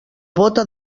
bóta